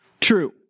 true